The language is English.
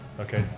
okay,